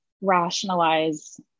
rationalize